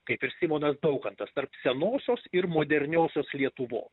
kaip ir simonas daukantas tarp senosios ir moderniosios lietuvos